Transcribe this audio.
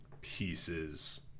pieces